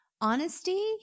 honesty